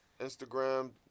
Instagram